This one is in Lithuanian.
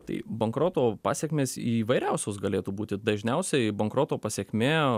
tai bankroto pasekmės įvairiausios galėtų būti dažniausiai bankroto pasekmė